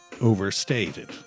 overstated